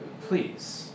please